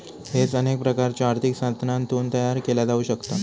hedge अनेक प्रकारच्यो आर्थिक साधनांतून तयार केला जाऊ शकता